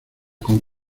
con